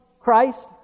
Christ